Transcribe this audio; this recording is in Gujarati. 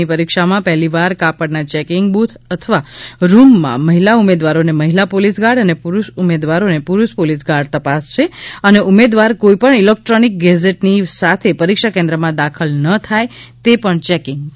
ની પરીક્ષામાં પહેલીવાર કાપડના ચેંકીંગ બુથ અથવા રુમમાં મહિલા ઉમેદવારોને મહિલા પોલીસ ગાર્ડ અને પુરુષ ઉમેદવારને પુરૂષ પોલીસ ગાર્ડ તપાસશે અને ઉમેદવાર કોઇપણ ઇલેક્ટોનિક ગેજેટ ની સાથે પરીક્ષા કેન્દ્રમાં દાખલ ન થાય તે પણ ચેકીંગ કરાશે